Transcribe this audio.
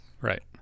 Right